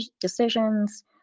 decisions